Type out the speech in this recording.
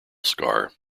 scar